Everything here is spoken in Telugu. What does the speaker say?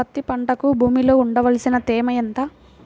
పత్తి పంటకు భూమిలో ఉండవలసిన తేమ ఎంత?